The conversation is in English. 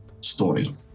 story